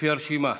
לפי הרשימה,